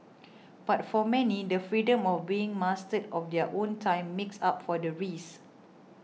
but for many the freedom of being master of their own time makes up for the risks